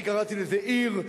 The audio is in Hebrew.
אני קראתי לזה עיר,